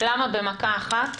למה במכה אחת